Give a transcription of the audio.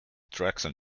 traction